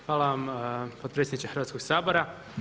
Hvala vam potpredsjedničke Hrvatskog sabora.